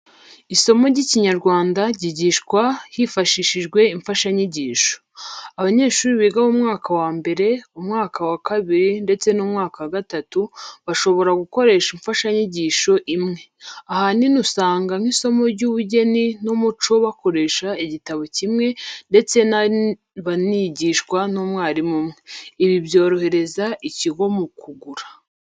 Isomo ry'Ikiinyarwanda ryigishwa hifashishijwe imfashanyigisho. Abanyeshuri biga mu mwaka wa mbere, umwaka wa kabiri ndetse n'umwaka wa gatatu bashobora gukoresha imfashanyigisho imwe. Ahanini usanga nk'isomo ry'ubugeni n'umuco bakoresha igitabo kimwe ndetse banigishwa n'umwarimu umwe. Ibi byorohereza ikigo mu bukungu.